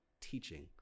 teaching